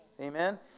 Amen